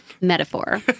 Metaphor